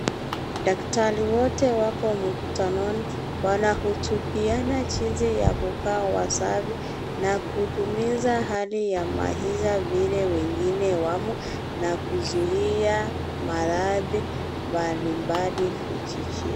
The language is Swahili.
Daktari wote wako mkutanoni, wanahutubiana jinsi ya kukaa wasafi na kudumisha hali ya maisha vile wengine wamo na kuzuia maradhi mbalimbali vijijini.